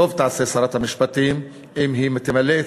טוב תעשה שרת המשפטים אם היא תמלא את